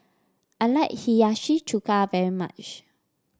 I like Hiyashi Chuka very much